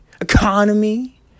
economy